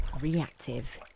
Reactive